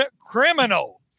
criminal